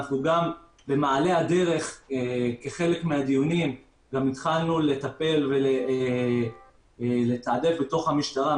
במעלה הדרך כחלק מהדיונים גם התחלנו לטפל ולתעדף בתוך המשטרה.